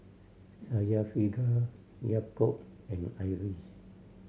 Syafiqah Yaakob and Idris